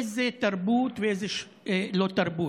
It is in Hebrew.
איזה תרבות ואיזה לא תרבות.